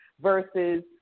versus